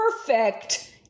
perfect